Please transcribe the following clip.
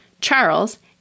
Charles